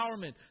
empowerment